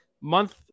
Month